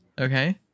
Okay